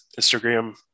Instagram